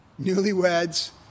newlyweds